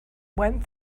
went